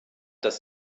das